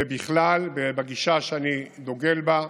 ובכלל בגישה שאני דוגל בה,